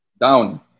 Down